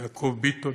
יעקב ביטון,